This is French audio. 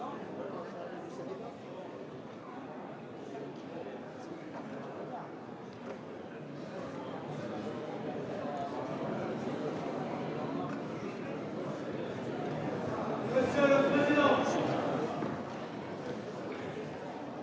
monsieur le président,